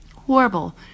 horrible